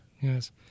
Yes